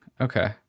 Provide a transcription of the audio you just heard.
Okay